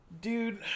Dude